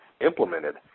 implemented